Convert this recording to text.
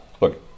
look